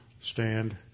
stand